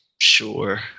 sure